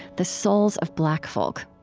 the souls of black folk.